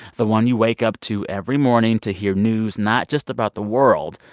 the one you wake up to every morning to hear news not just about the world,